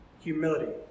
humility